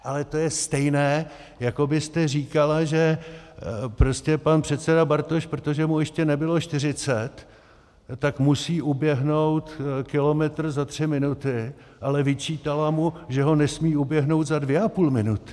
Ale to je stejné, jako byste říkala, že prostě pan předseda Bartoš, protože mu ještě nebylo čtyřicet, musí uběhnout kilometr za tři minuty, ale vyčítala mu, že ho nesmí uběhnout za dvě a půl minuty.